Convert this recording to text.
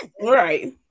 right